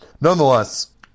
nonetheless